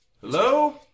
Hello